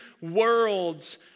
worlds